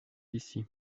ici